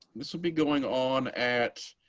this will be going on at,